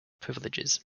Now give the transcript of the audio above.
privileges